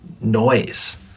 noise